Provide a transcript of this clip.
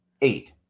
eight